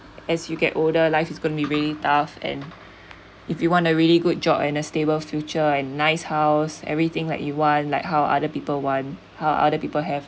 as you get older life is going to be very tough and if you want a really good job and a stable future a nice house everything like you want like how other people want how other people have